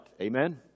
Amen